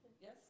Yes